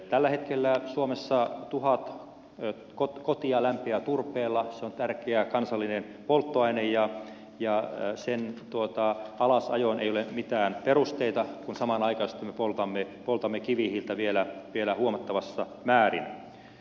tällä hetkellä suomessa tuhat kotia lämpiää turpeella se on tärkeä kansallinen polttoaine ja sen alasajoon ei ole mitään perusteita kun samanaikaisesti me poltamme kivihiiltä vielä huomattavassa määrin